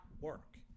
work